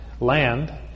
land